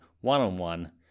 one-on-one